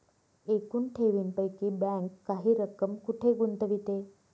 एकूण ठेवींपैकी बँक काही रक्कम कुठे गुंतविते?